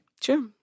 Sure